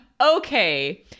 Okay